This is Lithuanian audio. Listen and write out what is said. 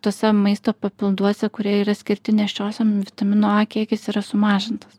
tuose maisto papilduose kurie yra skirti nėščiosiom vitamino a kiekis yra sumažintas